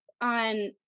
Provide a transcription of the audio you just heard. on